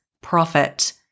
profit